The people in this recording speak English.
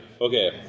Okay